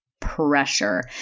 pressure